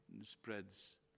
spreads